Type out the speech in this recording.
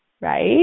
right